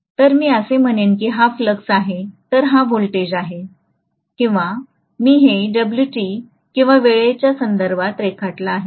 तर मी असे म्हणेन की हा फ्लक्स आहे तर हा व्होल्टेज आहे आणि मी हे किंवा वेळेच्या संदर्भात रेखाटत आहे